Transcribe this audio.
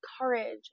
courage